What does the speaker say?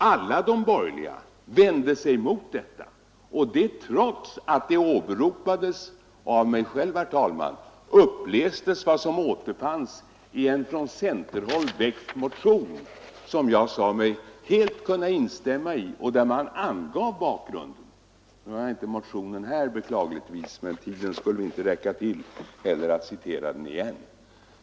Alla de borgerliga vände sig mot detta, trots att jag, herr talman, åberopade och uppläste vad som återfanns i en från centerhåll väckt motion, som jag sade mig helt kunna instämma i och där man angav bakgrunden. Nu har jag beklagligtvis inte motionen här, men tiden skulle inte räcka till för att citera den igen.